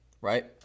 right